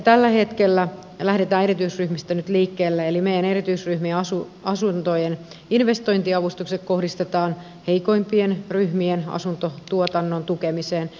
tällä hetkellä lähdetään nyt erityisryhmistä liikkeelle eli meidän erityisryhmien asuntojen investointiavustuksen kohdistetaan heikoimpien ryhmien asuntotuotannon tukemiseen